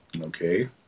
Okay